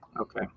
Okay